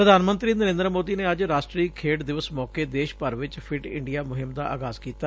ਪ੍ਰਧਾਨ ਮੰਤਰੀ ਨਰੇਂਦਰ ਮੋਦੀ ਨੇ ਅੱਜ ਰਾਸ਼ਟਰੀ ਖੇਡ ਦਿਵਸ ਮੋਕੇ ਦੇਸ਼ ਭਰ ਚ ਫਿੱਟ ਇੰਡੀਆ ਮੁਹਿੰਮ ਦਾ ਆਗਾਜ਼ ਕੀਤਾ